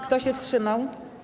Kto się wstrzymał?